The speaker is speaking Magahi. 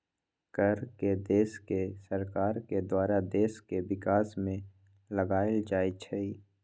कर के देश के सरकार के द्वारा देश के विकास में लगाएल जाइ छइ